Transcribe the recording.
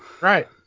right